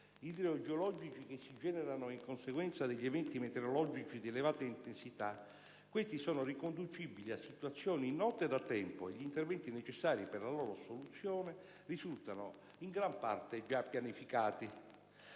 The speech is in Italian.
idrogeologici che si generano in conseguenza degli eventi meteorologici di elevata intensità, questi sono riconducibili a situazioni note da tempo e gli interventi necessari per loro soluzione risultano in gran parte già pianificati.